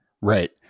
Right